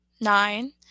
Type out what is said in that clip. Nine